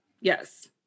Yes